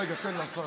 רגע, תן לשרה.